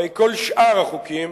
הרי כל שאר החוקים,